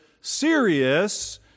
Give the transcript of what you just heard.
serious